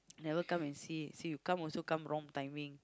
never come and see you come also come wrong timing